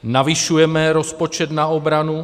Navyšujeme rozpočet na obranu.